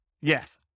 Yes